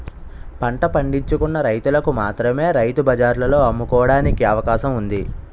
పంట పండించుకున్న రైతులకు మాత్రమే రైతు బజార్లలో అమ్ముకోవడానికి అవకాశం ఉంది